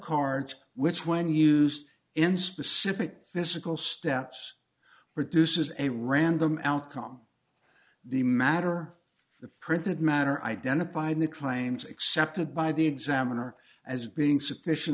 cards which when used in specific physical steps produces a random outcome the matter the printed matter identified the claims accepted by the examiner as being sufficient